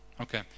Okay